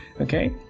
Okay